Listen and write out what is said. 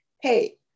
hey